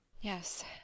Yes